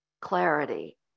clarity